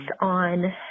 on